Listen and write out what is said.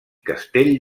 castell